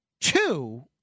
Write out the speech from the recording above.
Two